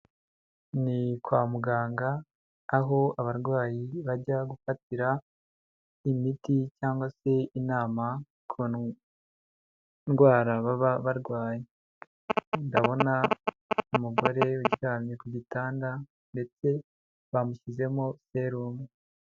Ni kwa muganga aho abarwayi bajya gufatira imiti cyangwa se inama ku ndwara baba barwaye. Ndabona umugore uryamye ku gitanda ndetse bamushyizemo serumu.